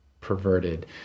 perverted